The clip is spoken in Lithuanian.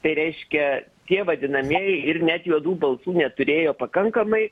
tai reiškia tie vadinamieji ir net juodų balsų neturėjo pakankamai